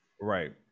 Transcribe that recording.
right